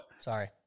Sorry